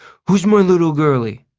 who's my little girlie?